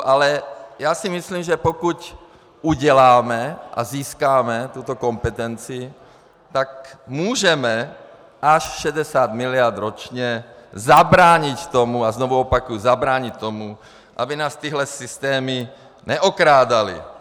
Ale myslím si, že pokud uděláme a získáme tuto kompetenci, můžeme až 60 mld. ročně zabránit tomu, a znovu opakuji, zabránit tomu, aby nás tyhle systémy neokrádaly.